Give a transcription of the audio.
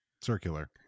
circular